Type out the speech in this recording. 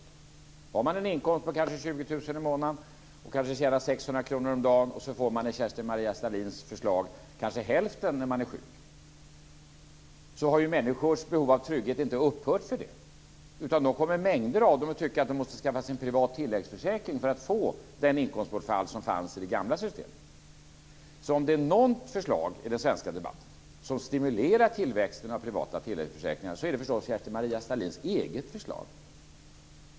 Den som har en inkomst om kanske 20 000 kr i månaden och ca 600 kr om dagen får enligt Kerstin Maria Stalins förslag kanske hälften vid sjukdom. Människors behov av trygghet har därmed ändå inte upphört, utan mängder av dem kommer att tycka att de måste skaffa sig en privat tilläggsförsäkring för att få den ersättning för inkomstbortfall som fanns i det gamla systemet. Om det är något förslag i den svenska debatten som stimulerar tillväxten av privata tilläggsförsäkringar är det därför förstås Kerstin-Maria Stalins eget förslag.